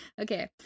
Okay